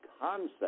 concept